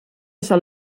sol